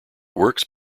works